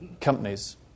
companies